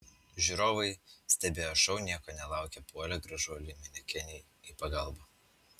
žiūrovai stebėję šou nieko nelaukę puolė gražuolei manekenei į pagalbą